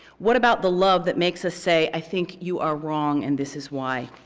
what about the love that makes us say, i think you are wrong and this is why.